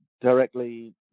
directly